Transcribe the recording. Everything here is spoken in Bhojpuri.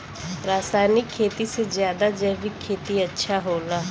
रासायनिक खेती से ज्यादा जैविक खेती अच्छा होला